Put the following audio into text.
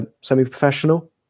semi-professional